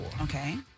Okay